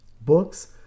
books